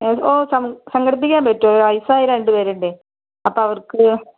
ഓ സം സംഘടിപ്പിക്കാൻ പറ്റുവോ വയസായ രണ്ട് പേരുണ്ടെ അപ്പം അവർക്ക്